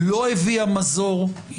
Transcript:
לא הביאה מזור.